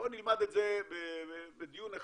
בוא נלמד את זה בדיון אחד,